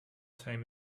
time